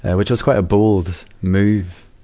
and which was quite a bold move,